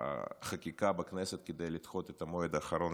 חקיקה בכנסת כדי לדחות את המועד האחרון